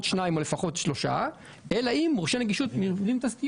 שניים או לפחות שלושה אלא אם מורשה נגישות יוכל